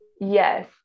Yes